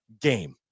game